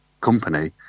company